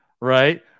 right